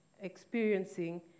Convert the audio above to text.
experiencing